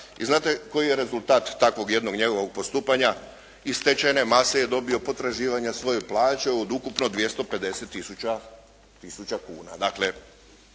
i znate koji je rezultat takvog jednog njegovog postupanja? Iz stečajne mase je dobio potraživanja svoje plaće od ukupno 250 tisuća kuna.